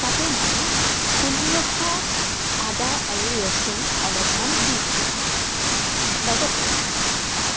তাতে মই খুন্দি ৰখা আদা আৰু ৰচুন অলপমান দি দিলোঁ লগতে তাত